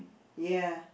ya